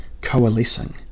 coalescing